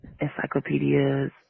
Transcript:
encyclopedias